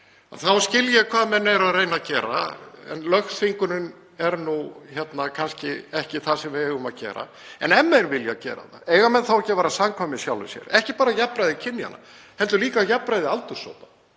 Ég skil hvað menn eru að reyna að gera en lögþvingun er kannski ekki það sem við eigum að gera. En ef menn vilja gera það, eiga þeir þá ekki að vera samkvæmir sjálfum sér, ekki bara um jafnræði kynjanna heldur líka jafnræði aldurshópa?